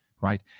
right